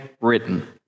written